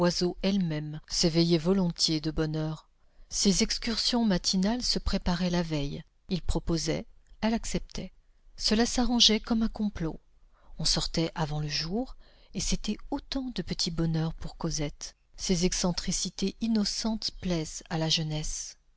elle-même s'éveillait volontiers de bonne heure ces excursions matinales se préparaient la veille il proposait elle acceptait cela s'arrangeait comme un complot on sortait avant le jour et c'était autant de petits bonheurs pour cosette ces excentricités innocentes plaisent à la jeunesse